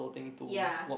ya